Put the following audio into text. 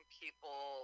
people